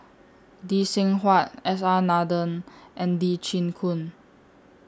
Lee Seng Huat S R Nathan and Lee Chin Koon